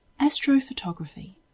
Astrophotography